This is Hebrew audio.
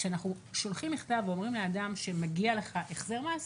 כשאנחנו שולחים מכתב ואומרים לאדם שמגיע לו החזר מס,